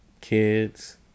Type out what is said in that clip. kids